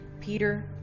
Peter